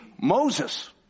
Moses